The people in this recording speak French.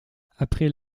après